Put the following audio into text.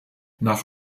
nach